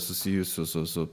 susijusių su